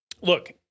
Look